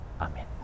Amen